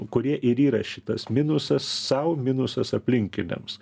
kurie ir yra šitas minusas sau minusas aplinkiniams